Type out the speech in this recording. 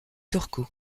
turku